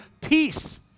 peace